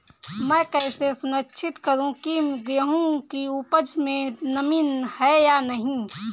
मैं कैसे सुनिश्चित करूँ की गेहूँ की उपज में नमी है या नहीं?